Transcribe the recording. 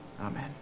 Amen